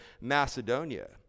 Macedonia